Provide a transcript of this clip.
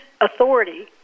authority